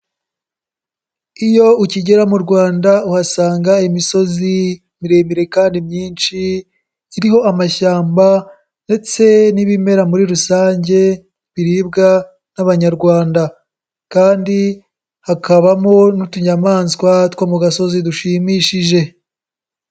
Iyo ukigera mu Rwanda uhasanga imisozi miremire kandi myinshi iriho amashyamba ndetse n'ibimera muri rusange biribwa n'abanyarwanda kandi hakabamo n'utunyamaswa two mu gasozi dushimishije.